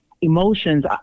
emotions